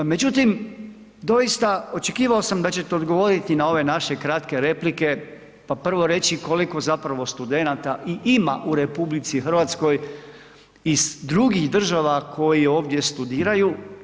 Međutim, doista, očekivao sam da ćete odgovoriti na ove naše kratke replike pa prvo reći koliko zapravo studenata i ima u RH iz drugih država koji ovdje studiraju.